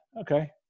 okay